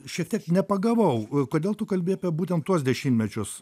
šiek tiek nepagavau kodėl tu kalbi apie būtent tuos dešimtmečius